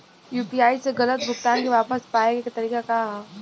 UPI से गलत भुगतान के वापस पाये के तरीका का ह?